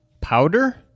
Powder